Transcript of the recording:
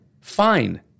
fine